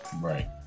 Right